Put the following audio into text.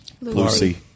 Lucy